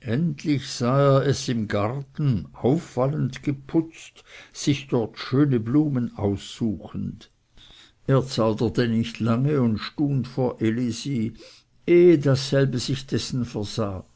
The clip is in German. endlich sah er es im garten auffallend geputzt sich dort schöne blumen aussuchend er zauderte nicht lange und stund vor elisi ehe dasselbe sich dessen versah